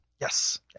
Yes